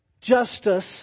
justice